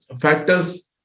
factors